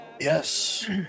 Yes